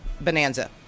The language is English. Bonanza